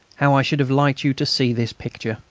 how i should have liked you to see this picture!